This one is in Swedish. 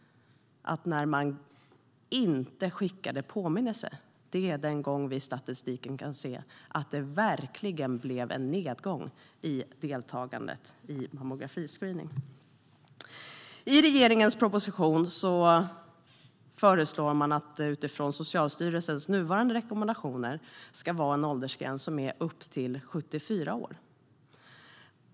Den gång vi i statistiken kan se att det verkligen blev en nedgång i deltagandet i mammografiscreening är när man inte skickade påminnelser. I regeringens proposition föreslår man att det utifrån Socialstyrelsens nuvarande rekommendationer ska finnas en övre åldersgräns på 74 år.